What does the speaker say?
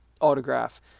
autograph